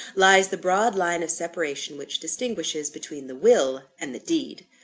lies the broad line of separation which distinguishes between the will and the deed.